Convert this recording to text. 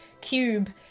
cube